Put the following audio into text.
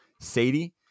Sadie